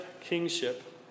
kingship